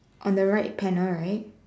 on the right panel right